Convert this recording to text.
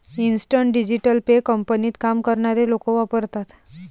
instant digital pay कंपनीत काम करणारे लोक वापरतात